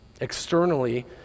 Externally